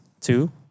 two